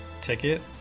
ticket